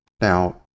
Now